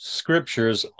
scriptures